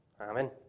Amen